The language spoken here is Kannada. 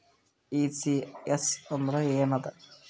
ಈ.ಸಿ.ಎಸ್ ಅಂದ್ರ ಏನದ?